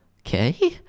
okay